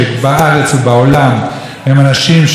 הם אנשים שרכשו את הקריירה בצבא,